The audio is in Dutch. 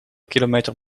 kilometer